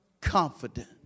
confident